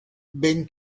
vent